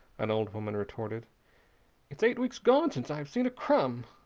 an old woman retorted it's eight weeks gone since i have seen a crumb.